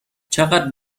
چقدر